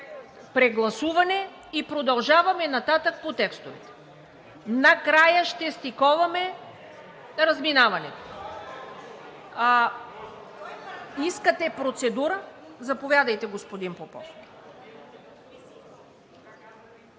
прегласуване и продължаваме нататък по текстовете. Накрая ще стиковаме разминаванията. Искате процедура? Заповядайте, господин Попов.